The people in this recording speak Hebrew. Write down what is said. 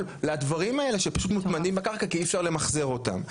לדברים האלה שפשוט מוטמנים בקרקע כי אי אפשר למחזר אותם.